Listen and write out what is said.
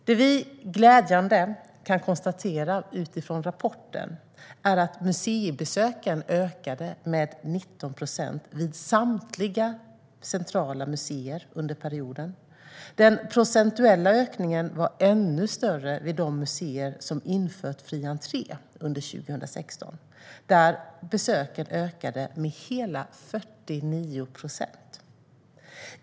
Det vi glädjande kan konstatera utifrån rapporten är att museibesöken ökade med 19 procent vid samtliga centrala museer under perioden. Den procentuella ökningen var ännu större vid de museer som infört fri entré under 2016. Där ökade besöken med hela 49 procent.